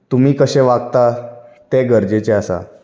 तुमी कशे वागता ते गरजेचें आसा